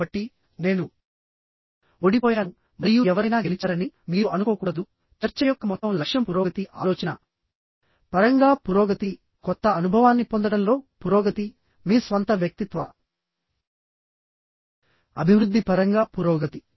కాబట్టి నేను ఓడిపోయాను మరియు ఎవరైనా గెలిచారని మీరు అనుకోకూడదు చర్చ యొక్క మొత్తం లక్ష్యం పురోగతి ఆలోచన పరంగా పురోగతి కొత్త అనుభవాన్ని పొందడంలో పురోగతి మీ స్వంత వ్యక్తిత్వ అభివృద్ధి పరంగా పురోగతి